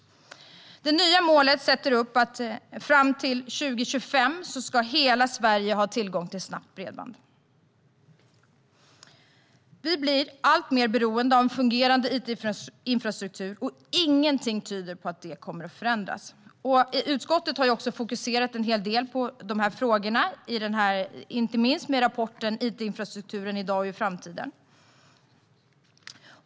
Det nya målet är att 2025 ska hela Sverige ha tillgång till snabbt bredband. Vi blir alltmer beroende av en fungerande it-infrastruktur, och ingenting tyder på att det kommer att förändras. I utskottet har vi fokuserat en hel del på de här frågorna, inte minst i rapporten It-infrastrukturen - i dag och i framtiden .